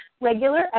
Regular